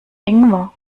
ingwer